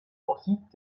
aussieht